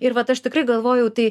ir vat aš tikrai galvojau tai